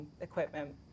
equipment